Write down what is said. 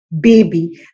baby